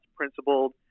principled